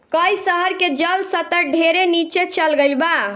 कई शहर के जल स्तर ढेरे नीचे चल गईल बा